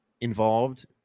involved